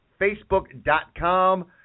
Facebook.com